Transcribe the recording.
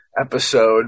episode